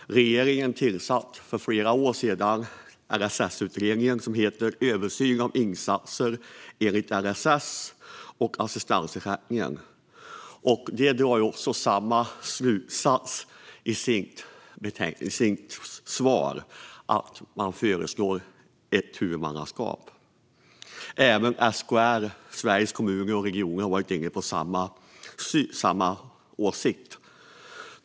Regeringen tillsatte för flera år sedan LSS-utredningen, vars betänkande heter Översyn av insatser enligt LSS och assist ans ersättningen . Där drar man samma slutsats och föreslår ett huvudmannaskap. Även SKR, Sveriges Kommuner och Regioner, har samma åsikt.